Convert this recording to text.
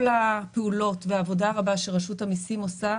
הפעולות והעבודה הרבה שרשות המיסים עושה,